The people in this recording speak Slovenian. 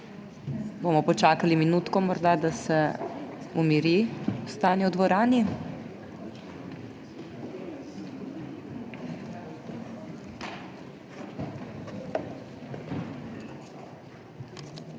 Bomo počakali minutko, morda, da se umiri stanje v dvorani.